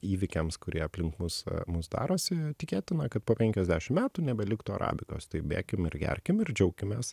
įvykiams kurie aplink mus mus darosi tikėtina kad po penkiasdešim metų nebeliktų arabikos tai bėkim ir gerkim ir džiaukimės